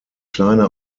kleine